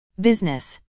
Business